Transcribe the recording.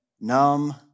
numb